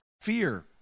fear